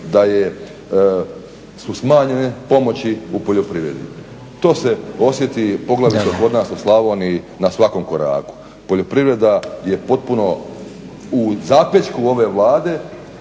da su smanjene pomoći u poljoprivredi. To se osjeti poglavito kod nas u Slavoniji na svakom koraku. Poljoprivreda je potpuno u zapećku ove Vlade